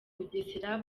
bugesera